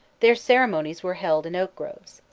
their ceremonies were held in oak-groves.